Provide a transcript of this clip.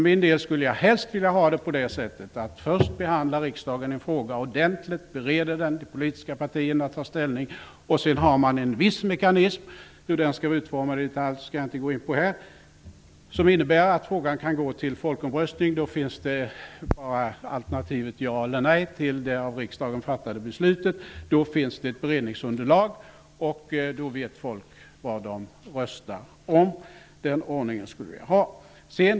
Jag skulle helst vilja ha det så att riksdagen först bereder och behandlar en fråga ordentligt och att de politiska partierna tar ställning, och sedan finns det en viss mekanism -- hur den skall vara utformad skall jag inte gå in på här -- som innebär att frågan kan gå till folkomröstning. Då finns bara alternativet ja eller nej till det av riksdagen fattade beslutet. Då finns det ett beredningsunderlag, och då vet folk vad de röstar om. Den ordningen borde vi ha.